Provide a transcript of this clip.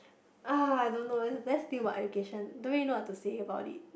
ah I don't know is there still about education don't really know what to say about it